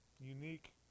unique